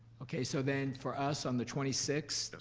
okay, so then for us on the twenty sixth,